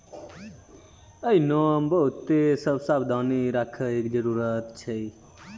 एहनो मे बहुते सभ सावधानी राखै के जरुरत छै